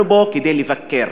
אנחנו פה כדי לבקר.